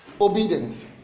obedience